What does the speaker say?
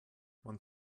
man